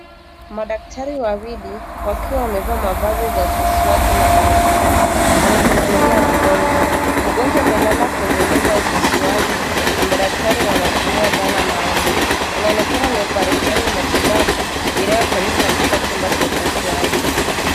Madaktari wawili wakiwa wamevaa mavazi ya upasuaji na barakoa wanamhudumia mgonjwa, mgonjwa amelala kwenye meza ya upasuaji na madaktari wanatumia dhana maalum inaonekana ni operesheni matibabu inayofanyika katika chumba cha upasuaji.